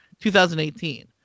2018